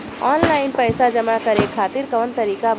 Online पइसा जमा करे खातिर कवन तरीका बा?